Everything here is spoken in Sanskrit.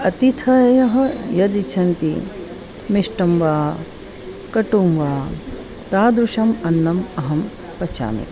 अतिथयः यदिच्छन्ति मिष्टं वा कटुं वा तादृशम् अन्नम् अहं पचामि